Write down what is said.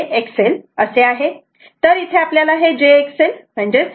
हे parallel circuit आहे म्हणून इथे हे VR अँगल 0 आणि हे IR आहे